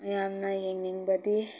ꯃꯌꯥꯝꯅ ꯌꯦꯡꯅꯤꯡꯕꯗꯤ